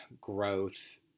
growth